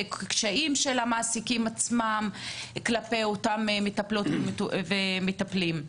קשיים של המעסיקים עצמם כלפי אותם מטפלות ומטפלים.